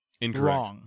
Incorrect